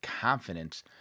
confidence